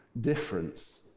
difference